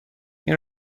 این